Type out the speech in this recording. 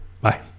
Bye